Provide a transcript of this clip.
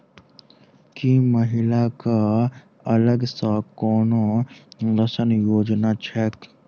की महिला कऽ अलग सँ कोनो ऋण योजना छैक?